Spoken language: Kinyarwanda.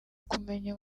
kumenya